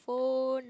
bone